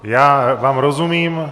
Já vám rozumím.